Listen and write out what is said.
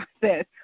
process